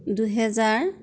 দুহেজাৰ